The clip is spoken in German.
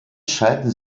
schalten